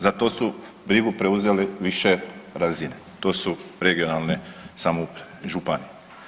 Za to su brigu preuzele više razine, to su regionalne samouprave i županije.